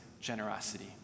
generosity